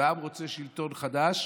והעם רוצה שלטון חדש.